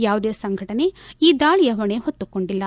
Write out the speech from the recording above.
ಯಾವುದೇ ಸಂಘಟನೆ ಈ ದಾಳಿಯ ಹೊಣೆ ಹೊತ್ತುಕೊಂಡಿಲ್ಲ